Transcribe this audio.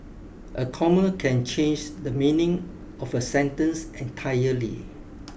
a comma can change the meaning of a sentence entirely